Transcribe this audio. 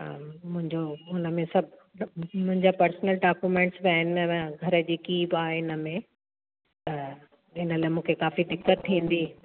मुंहिंजो हुन में सभु मुंहिंजा पर्सनल डॉक्यूमेंट पिया आहिनि घर जी कोबि आहे हिन में त हिन लाइ मूंखे काफ़ी दिक़त थींदी